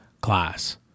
Class